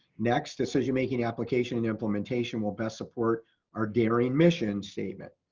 next decision making application and implementation will best support our daring mission statement.